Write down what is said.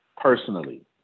personally